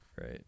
Right